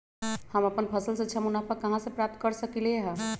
हम अपन फसल से अच्छा मुनाफा कहाँ से प्राप्त कर सकलियै ह?